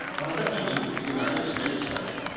and eventually, the united states senate.